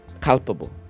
culpable